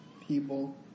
people